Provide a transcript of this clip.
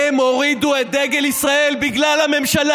הן הורידו את דגל ישראל בגללכם.